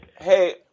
Hey